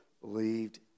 believed